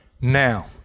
Now